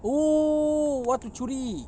oh what to curi